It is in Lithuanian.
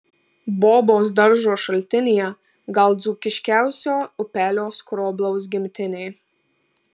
bobos daržo šaltinyje gal dzūkiškiausio upelio skroblaus gimtinė